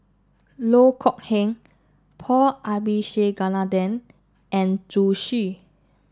Loh Kok Heng Paul Abisheganaden and Zhu Xu